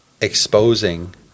exposing